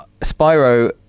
Spyro